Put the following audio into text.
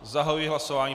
Zahajuji hlasování.